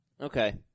Okay